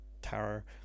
terror